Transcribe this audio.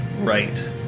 right